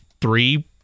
three